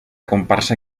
comparsa